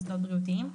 מוסדות בריאותיים.